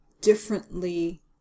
differently